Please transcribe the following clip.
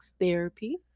therapy